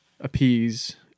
appease